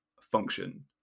function